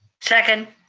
second.